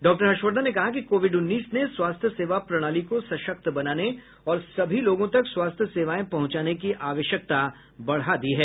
doctor Harshvardhan ने कहा कि कोविड उन्नीस ने स्वास्थ्य सेवा प्रणाली को सशक्त बनाने और सभी लोगों तक स्वास्थ्य सेवायें पहुंचाने की आवश्यकता बढ़ा दी है